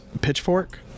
pitchfork